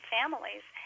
families